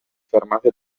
fermate